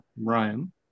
Ryan